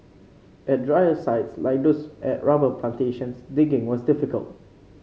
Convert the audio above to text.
at drier sites like those at rubber plantations digging was difficult